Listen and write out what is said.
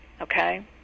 okay